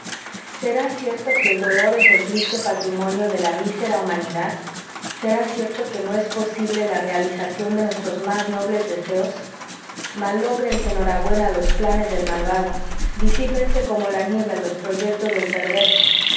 será cierto que el dolor es el triste patrimonio de la mísera humanidad será cierto que no es posible la realización de nuestros más nobles deseos malógrense enhorabuena los planes del malvado disípense como la niebla los proyectos del perverso